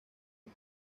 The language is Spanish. del